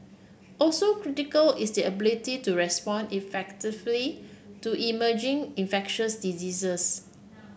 also critical is the ability to respond effectively to emerging infectious diseases